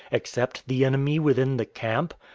except the enemy within the camp?